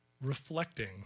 reflecting